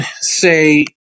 say